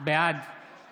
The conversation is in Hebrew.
בעד